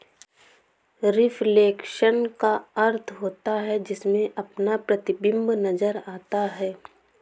reflection का अर्थ होता है जिसमें अपना प्रतिबिंब नजर आता है